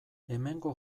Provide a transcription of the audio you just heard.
hemengo